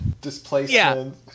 displacement